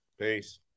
Peace